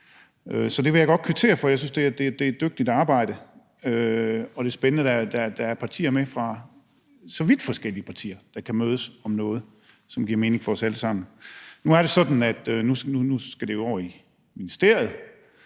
Så det vil jeg godt kvittere for, og jeg synes, det er et dygtigt arbejde, og det er spændende, at der er så vidt forskellige partier, der kan mødes om noget, som giver mening for os alle sammen. Nu er det jo sådan, at det skal over i ministeriet,